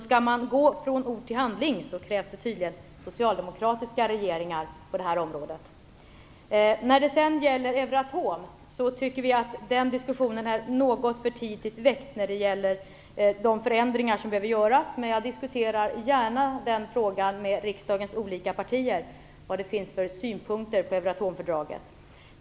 Skall man gå från ord till handling på det här området krävs det tydligen socialdemokratiska regeringar. Vi menar att diskussionen om Euratom och de förändringar som behöver göras är något för tidigt väckt, men jag diskuterar gärna frågan med riksdagens olika partier för att få en uppfattning om vad det finns för synpunkter på Euratomfördraget.